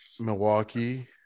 Milwaukee